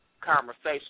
conversation